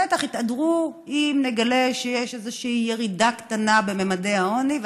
בטח יתהדרו אם נגלה שיש איזושהי ירידה קטנה בממדי העוני.